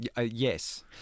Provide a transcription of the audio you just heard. Yes